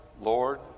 Lord